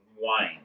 wine